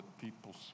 people